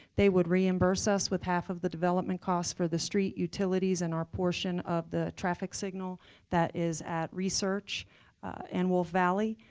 they would reimburse us with half of the development costs for the street utilities and our portion of the traffic signal that is at research and wold valley.